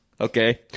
Okay